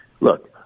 look